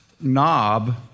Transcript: knob